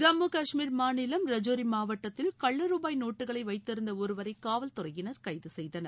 ஜம்மு கஷ்மீர் மாநிலம் ரஜோரி மாவட்டத்தில் கள்ள ரூபாய் நோட்டுகளை வைத்திருந்த ஒருவரை காவல்துறையினர் கைது செய்தனர்